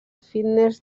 fitness